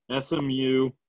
SMU